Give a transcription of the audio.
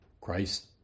Christ